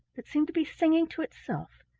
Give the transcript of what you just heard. that seemed to be singing to itself,